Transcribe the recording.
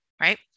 right